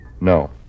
No